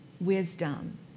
wisdom